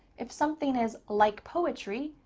if something is like poetry,